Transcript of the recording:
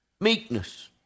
meekness